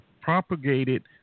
propagated